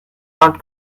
not